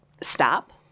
stop